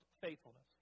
faithfulness